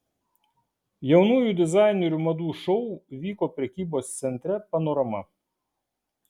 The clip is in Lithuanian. jaunųjų dizainerių madų šou vyko prekybos centre panorama